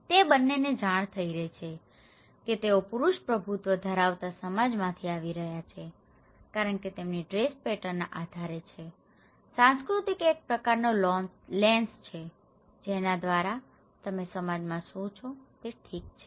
તેથી તે બંનેને જાણ થઈ રહી છે કે તેઓ પુરુષ પ્રભુત્વ ધરાવતા સમાજમાંથી આવી રહ્યા છે કારણ કે તેમની ડ્રેસ પેટર્નના આધારે છે સંસ્કૃતિ એક પ્રકારનો લેન્સ છે જેના દ્વારા તમે સમાજમાં જુઓ છો કે તે કેવી રીતે ઠીક છે